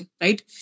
right